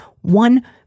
one